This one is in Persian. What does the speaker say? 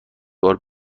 بار